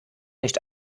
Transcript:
nicht